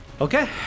Okay